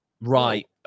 Right